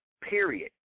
period